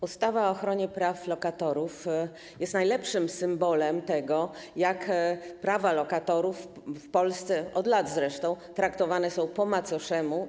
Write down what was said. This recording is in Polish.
Ustawa o ochronie praw lokatorów jest najlepszym symbolem tego, jak prawa lokatorów w Polsce, od lat zresztą, traktowane są po macoszemu.